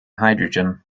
hydrogen